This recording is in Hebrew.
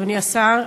אדוני השר,